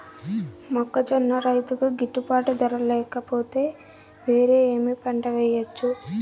మొక్కజొన్న రైతుకు గిట్టుబాటు ధర లేక పోతే, వేరే ఏమి పంట వెయ్యొచ్చు?